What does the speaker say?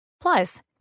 Plus